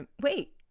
Wait